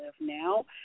now